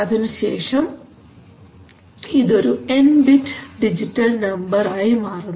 അതിനുശേഷം ഇത് ഒരു എൻ ബിറ്റ് ഡിജിറ്റൽ നമ്പർ ആയി മാറുന്നു